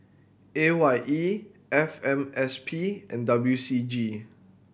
A Y E F M S P and W C G